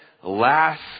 last